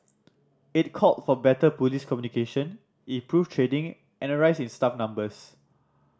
it called for better police communication improved training and a rise in staff numbers